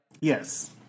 Yes